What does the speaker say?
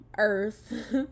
earth